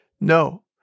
No